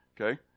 Okay